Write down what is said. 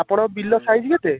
ଆପଣଙ୍କ bill size କେତେ